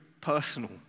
personal